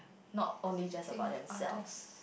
no only just about themselves